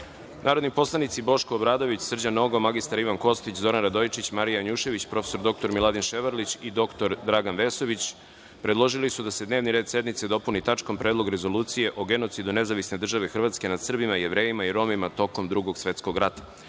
predlog. Narodni poslanici Boško Obradović, Srđan Nogo, mr Ivan Kostić, Zoran Radojičić, Marija Janjušević, prof. dr Miladin Ševarlić i dr Dragan Vesović predložili su da se dnevni red sednice dopuni tačkom – Predlog rezolucije o genocidu Nezavisne Države Hrvatske nad Srbima, Jevrejima i Romima tokom Drugog svetskog rata. Da